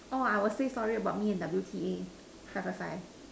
orh I will say sorry about me and W_T_A five five five